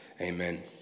Amen